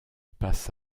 passe